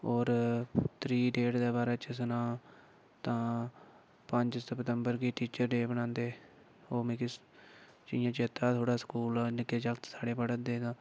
होर त्री डेट दे बारै च सनां तां पंज सतंबर गी टीचर डे बनांदे ओह् मिगी जियां चेता ऐ थोह्ड़ा स्कूल निक्के जागते साढ़े पढ़ा दे न